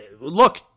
look